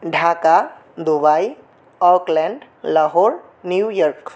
Dhaka Dubai Auckland Lahore New York